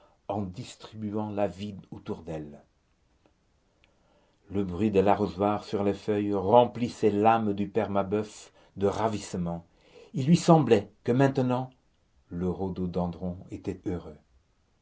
en distribuant la vie autour d'elle le bruit de l'arrosoir sur les feuilles remplissait l'âme du père mabeuf de ravissement il lui semblait que maintenant le rhododendron était heureux